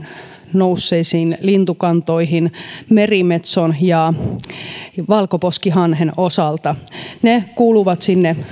nousseisiin lintukantoihin merimetson ja valkoposkihanhen osalta ne kuuluvat